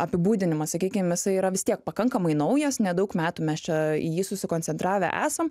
apibūdinimas sakykim jisai yra vis tiek pakankamai naujas nedaug metų mes čia į jį susikoncentravę esam